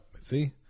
See